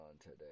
today